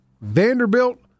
Vanderbilt